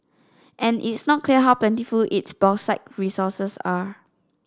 and it's not clear how plentiful its bauxite resources are